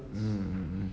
mm mm mm mm